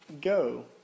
go